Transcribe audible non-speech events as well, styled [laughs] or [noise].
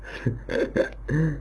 [laughs]